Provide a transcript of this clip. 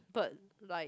but like